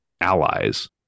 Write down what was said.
allies